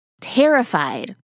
terrified